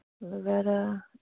Loretta